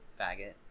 faggot